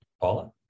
Paula